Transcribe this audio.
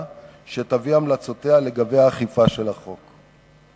שתביא את המלצותיה לגבי אכיפה של החוק.